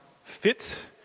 fit